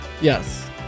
Yes